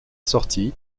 sortie